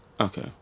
okay